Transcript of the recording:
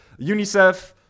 UNICEF